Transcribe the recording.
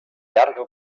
llarga